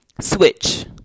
switch